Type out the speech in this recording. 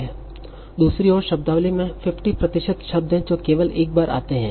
दूसरी ओर शब्दावली में 50 प्रतिशत शब्द है जो केवल एक बार आते हैं